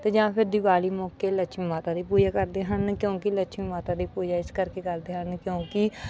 ਅਤੇ ਜਾਂ ਫਿਰ ਦੀਵਾਲੀ ਮੌਕੇ ਲੱਛਮੀ ਮਾਤਾ ਦੀ ਪੂਜਾ ਕਰਦੇ ਹਨ ਕਿਉਂਕਿ ਲੱਛਮੀ ਮਾਤਾ ਦੀ ਪੂਜਾ ਇਸ ਕਰਕੇ ਕਰਦੇ ਹਨ ਕਿਉਂਕਿ